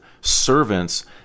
servants